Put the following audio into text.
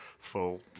Full